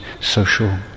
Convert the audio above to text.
social